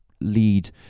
lead